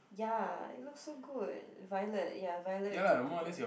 ya it looks so good violet ya violet is the